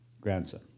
grandson